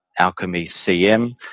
alchemycm